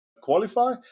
qualify